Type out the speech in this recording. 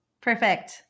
Perfect